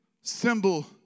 symbol